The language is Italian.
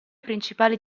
principali